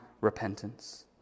repentance